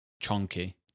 chunky